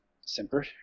Simper